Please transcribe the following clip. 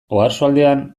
oarsoaldean